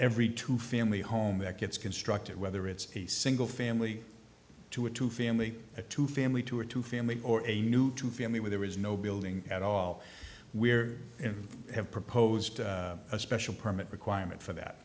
every two family home that gets constructed whether it's a single family to a two family a two family to a two family or a new two family where there is no building at all we're in have proposed a special permit requirement for that